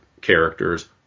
characters